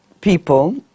people